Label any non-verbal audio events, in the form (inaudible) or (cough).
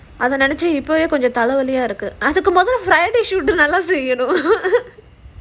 அத நெனச்சா இப்போவே கொஞ்சம்:adha nenacha ippovae konjam tired ah இருக்கு அதுக்கு மேல:irukku adhuku mela friday shoot நல்லா செய்யனும்:nallaa seiyanum (laughs)